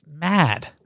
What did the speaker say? Mad